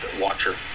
Watcher